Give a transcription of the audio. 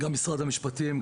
משרד המשפטים,